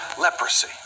leprosy